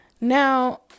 Now